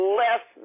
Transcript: less